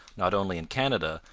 not only in canada,